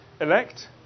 Elect